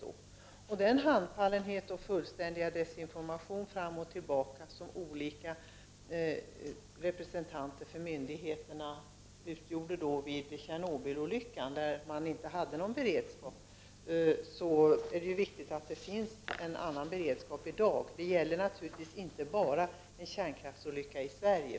Med tanke på den handfallenhet och den fullständiga desinformation fram och tillbaka som olika representanter för myndigheterna utgjorde prov på vid Tjernobylolyckan, där man inte hade någon beredskap, är det mycket viktigt att det finns en annan beredskap i dag. Detta gäller naturligtvis inte bara en kärnkraftsolycka i Sverige.